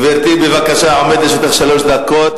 גברתי, בבקשה, עומדות לרשותך שלוש דקות.